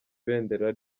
ibendera